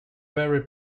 very